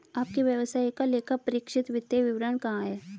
आपके व्यवसाय का लेखापरीक्षित वित्तीय विवरण कहाँ है?